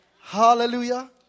hallelujah